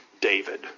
David